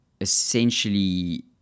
essentially